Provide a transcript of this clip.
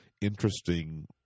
interesting